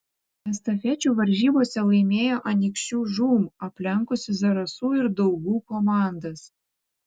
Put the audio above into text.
estafečių varžybose laimėjo anykščių žūm aplenkusi zarasų ir daugų komandas